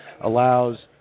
allows